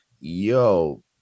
yo